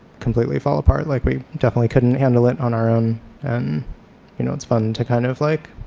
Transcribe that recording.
completely fall apart, like. we definitely couldn't handle it on our own and you know it's fun to kind of like